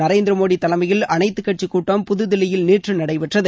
நரேந்திரமோடி தலைமயில் அனைத்துக்கட்சிக் கூட்டம் புதுதில்லியில் நேற்று நடைபெற்றது